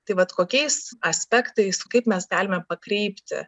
tai vat kokiais aspektais kaip mes galime pakreipti